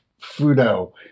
Fudo